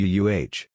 Wuh